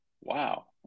wow